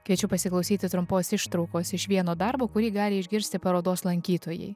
kviečiu pasiklausyti trumpos ištraukos iš vieno darbo kurį gali išgirsti parodos lankytojai